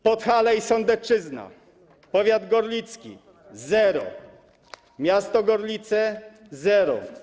Podhale i Sądecczyzna: powiat gorlicki - zero, miasto Gorlice - zero.